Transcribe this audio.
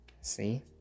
See